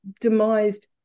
demised